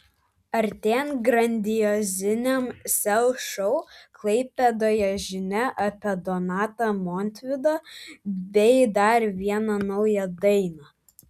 artėjant grandioziniam sel šou klaipėdoje žinia apie donatą montvydą bei dar vieną naują dainą